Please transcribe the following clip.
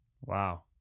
Wow